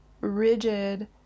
rigid